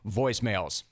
voicemails